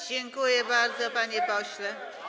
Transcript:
Dziękuję bardzo, panie pośle.